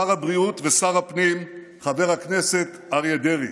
שר הבריאות ושר הפנים, חבר הכנסת אריה דרעי,